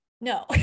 no